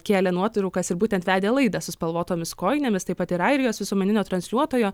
kėlė nuotraukas ir būtent vedė laidą su spalvotomis kojinėmis taip pat ir airijos visuomeninio transliuotojo